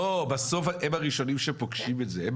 לא, בסוף הם הראשונים שפוגשים את זה.